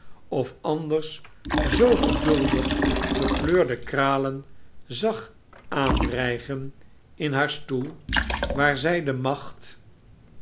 of anders zoo geduldig gekleurde kralen zag aanrijgen in haar stoel waar zy de macht